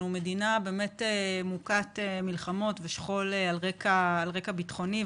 אנחנו מדינה מוכת מלחמות ושכול על רקע ביטחוני,